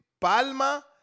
Palma